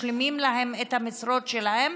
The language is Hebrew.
משלימים להם את המשרות שלהם